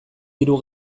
diru